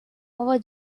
our